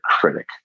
critic